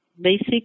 basic